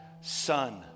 son